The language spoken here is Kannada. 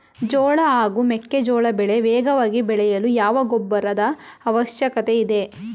ಜೋಳ ಹಾಗೂ ಮೆಕ್ಕೆಜೋಳ ಬೆಳೆ ವೇಗವಾಗಿ ಬೆಳೆಯಲು ಯಾವ ಗೊಬ್ಬರದ ಅವಶ್ಯಕತೆ ಇದೆ?